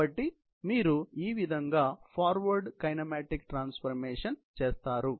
కాబట్టి మీరు ఈవిధంగా ఫార్వర్డ్ కైనమాటిక్ ట్రాన్స్ఫర్మేషన్ చేస్తారు